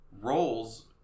Roles